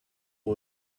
all